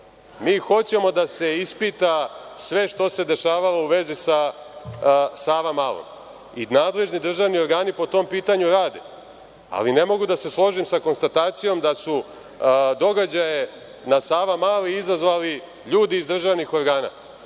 Mi hoćemo da se ispita sve što se dešavalo u vezi sa Savamalom. Nadležni državni organi po tom pitanju rade. Ali ne mogu da se složim sa konstatacijom da su događaje na Savamali izazvali ljudi iz državnih organa. Pustite